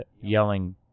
yelling